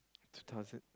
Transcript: two thousand